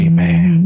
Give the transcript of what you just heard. man